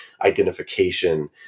identification